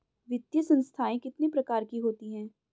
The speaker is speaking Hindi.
वित्तीय संस्थाएं कितने प्रकार की होती हैं?